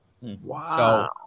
Wow